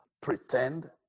pretend